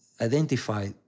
identify